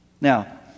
Now